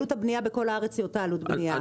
עלות הבנייה בכל הארץ היא אותה עלות בנייה,